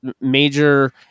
major